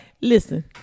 Listen